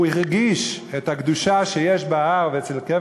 הוא הרגיש את הקדושה שיש בהר ואצל קבר